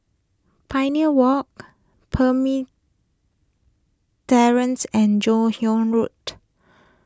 Pioneer Walk Terrace and Joon Hiang Road